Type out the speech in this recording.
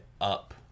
up